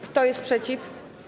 Kto jest przeciw?